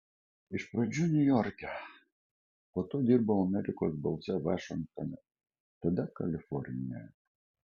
iš pradžių niujorke po to dirbau amerikos balse vašingtone tada kalifornijoje